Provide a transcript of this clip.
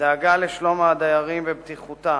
דאגה לשלום הדיירים ובטיחותם,